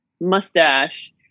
mustache